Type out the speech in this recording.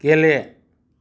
गेले